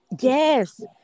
Yes